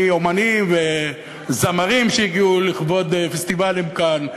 אמנים וזמרים שהגיעו לכבוד פסטיבלים כאן,